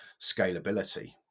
scalability